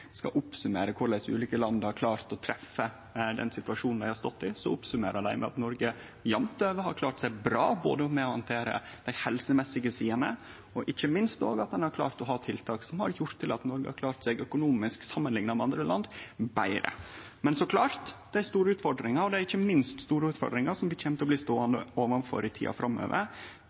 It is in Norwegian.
skal summere opp korleis ulike land har klart å treffe den situasjonen dei har stått i, konkluderer dei med at Noreg jamt over har klart seg bra, både med å handtere dei helsemessige sidene og, ikkje minst, at ein har klart å ha tiltak som har gjort at Noreg har klart seg betre økonomisk samanlikna med andre land. Men det er så klart store utfordringar, og det er ikkje minst store utfordringar som vi kjem til å bli ståande overfor i tida framover,